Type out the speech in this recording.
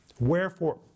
Wherefore